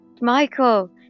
Michael